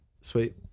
Sweet